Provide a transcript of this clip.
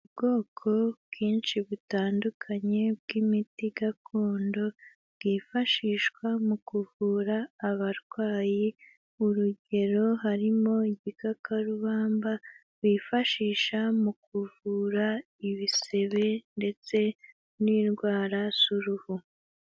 Ubwoko bwinshi butandukanye bw'imiti gakondo, bwifashishwa mu kuvura abarwayi, urugero harimo igikakarubamba bifashisha mu kuvura ibisebe, ndetse n'indwara z'uruhu.